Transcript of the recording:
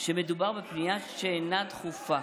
"" שמדובר בפנייה שאינה דחופה